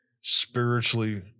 spiritually